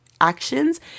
actions